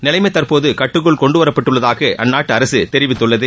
நிலைமை தற்போது கட்டுக்குள் கொண்டுவரப்பட்டுள்ளதாக அந்நாட்டு அரசு தெரிவித்துள்ளது